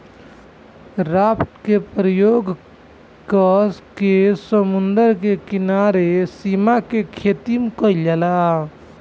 raft के प्रयोग क के समुंद्र के किनारे सीप के खेतीम कईल जाला